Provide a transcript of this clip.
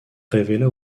révéla